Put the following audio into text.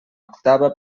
octava